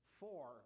four